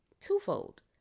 twofold